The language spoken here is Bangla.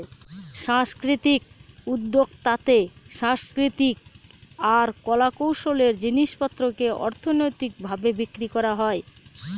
সাংস্কৃতিক উদ্যক্তাতে সাংস্কৃতিক আর কলা কৌশলের জিনিস পত্রকে অর্থনৈতিক ভাবে বিক্রি করা হয়